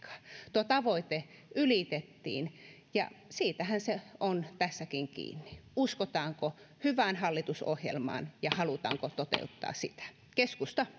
tuo tavoite ylitettiin ja siitähän se on tässäkin kiinni uskotaanko hyvään hallitusohjelmaan ja halutaanko toteuttaa sitä keskusta